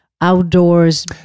Outdoors